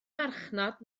farchnad